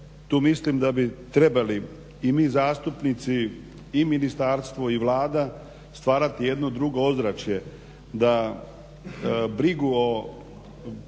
tu mislim da bi trebali i mi zastupnici i ministarstvo i Vlada stvarati jedno drugo ozračje da brigu o